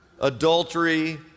adultery